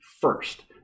first